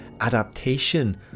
adaptation